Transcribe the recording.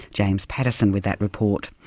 james pattison with that report,